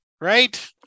right